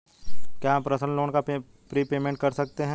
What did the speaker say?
क्या हम personal loan का प्रीपेमेंट कर सकते हैं?